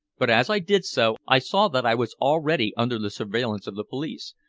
but as i did so i saw that i was already under the surveillance of the police,